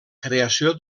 creació